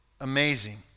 amazing